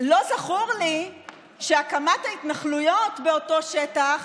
לא זכור לי שהקמת ההתנחלויות באותו שטח